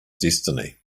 destiny